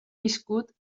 viscut